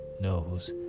knows